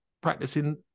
practicing